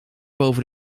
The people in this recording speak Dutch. boven